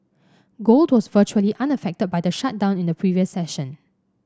gold was virtually unaffected by the shutdown in the previous session